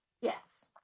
Yes